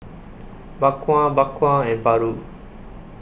Bak Kwa Bak Kwa and Paru